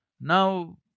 now